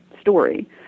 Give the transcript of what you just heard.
story